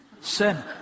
Sin